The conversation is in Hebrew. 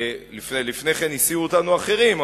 לפני כן הסיעו אותנו אחרים,